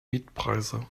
mietpreise